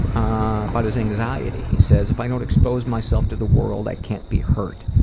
ah but his anxiety he says, if i don't expose myself to the world i can't be hurt.